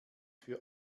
für